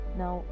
now